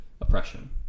oppression